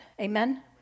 Amen